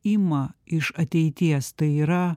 ima iš ateities tai yra